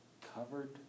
Covered